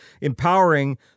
empowering